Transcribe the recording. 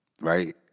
right